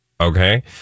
Okay